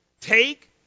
take